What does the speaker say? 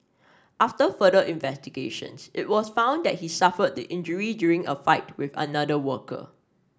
after further investigations it was found that he suffered the injury during a fight with another worker